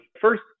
first